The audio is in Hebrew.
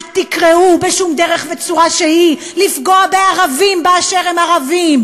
אל תקראו בשום דרך וצורה לפגוע בערבים באשר הם ערבים.